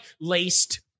laced